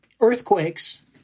earthquakes